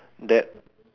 that